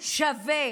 שווה